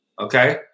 okay